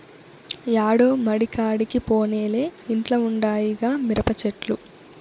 యాడో మడికాడికి పోనేలే ఇంట్ల ఉండాయిగా మిరపచెట్లు